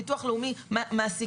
ביטוח לאומי מעסיקים.